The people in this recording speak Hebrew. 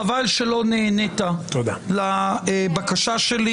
חבל שלא נענית לבקשה שלי.